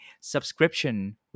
subscription